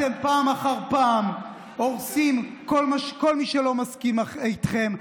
אתם פעם אחר פעם הורסים כל מי שלא מסכים איתכם,